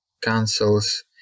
councils